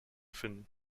finden